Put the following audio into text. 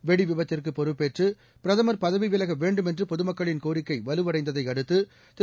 வெடிவிபத்திற்கு பொறுப்பேற்று பிரதமர் பதவி விலக வேண்டும் என்று பொதுமக்களின் கோரிக்கை வலுவடைந்ததை அடுத்து திரு